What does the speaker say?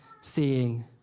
seeing